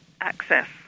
access